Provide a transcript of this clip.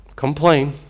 Complain